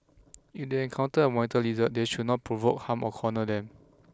if they encounter a monitor lizard they should not provoke harm or corner them